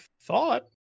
thought